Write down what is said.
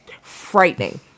frightening